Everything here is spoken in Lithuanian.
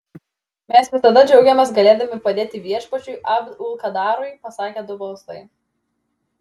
mes visada džiaugiamės galėdami padėti viešpačiui abd ul kadarui pasakė du balsai